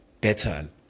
better